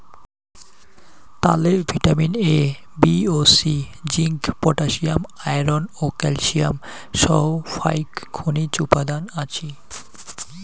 তালে vitamin A, B ও C, zinc, potassium, iron ও ক্যালসিয়াম সহ ফাইক খনিজ উপাদান আছি